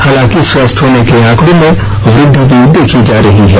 हालांकि स्वस्थ होने के आंकड़ों में वृद्धि भी देखी जा रही है